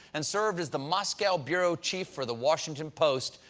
and served as the moscow bureau chief for the washington post.